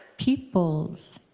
peoples